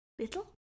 little